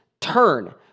turn